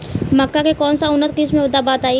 मक्का के कौन सा उन्नत किस्म बा बताई?